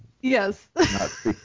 Yes